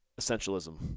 Essentialism